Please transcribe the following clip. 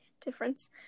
difference